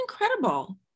incredible